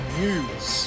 news